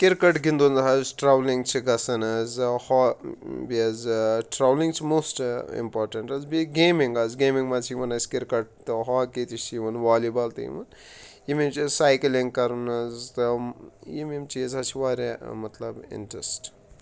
cricket گِنٛدُن حظ travelling چھِ گژھان حظ ہا بیٚیہِ حظ ٹرٛاولِنٛگ چھِ موسٹ اِمپاٹَنٛٹ حظ بیٚیہِ گیمِنٛگ حظ گیمِنٛگ منٛز چھِ یِوان اَسہِ کِرکَٹ تہٕ ہاکی تہِ چھِ یِوان والی بال تہِ یِوان یِم ہیٚچھِ سایکلِنٛگ کَرُن حظ تہٕ یِم یِم چیٖز حظ چھِ واریاہ مطلب اِنٹرٛسٹ